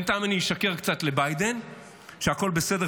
בינתיים אני אשקר קצת לביידן שהכול בסדר,